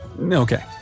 Okay